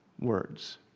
words